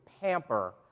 pamper